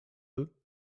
peu